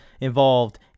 involved